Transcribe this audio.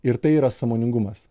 ir tai yra sąmoningumas